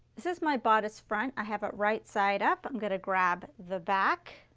this is my bodice front, i have it right side up. i'm going to grab the back